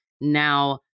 Now